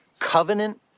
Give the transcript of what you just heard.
covenant